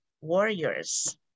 warriors